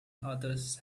others